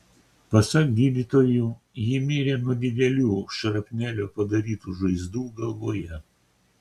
pasak gydytojų ji mirė nuo didelių šrapnelio padarytų žaizdų galvoje